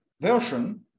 version